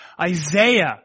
Isaiah